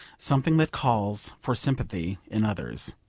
something that calls for sympathy in others.